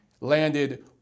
landed